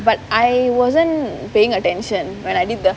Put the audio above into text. but I wasn't paying attention when I did the